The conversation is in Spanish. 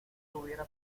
hubiera